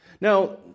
now